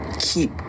keep